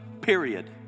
period